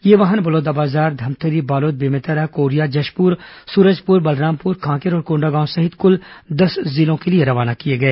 ये वाहन बलौदाबाजार धमतरी बालोद बेमेतरा कोरिया जशपुर सूरजपुर बलरामपुर कांकेर और कोंडागांव सहित कुल दस जिलों के लिए रवाना किए गए